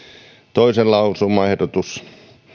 toinen lausumaehdotus